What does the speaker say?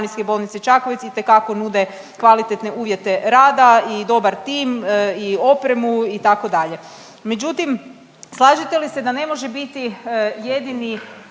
itekako nude kvalitetne uvjete rada i dobar tim i opremu itd.